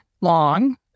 long